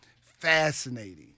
fascinating